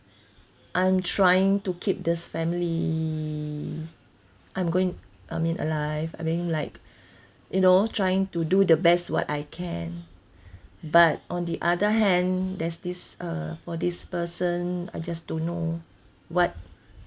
I'm trying to keep this family I'm going I mean alive I mean like you know trying to do the best what I can but on the other hand there's this uh for this person I just don't know what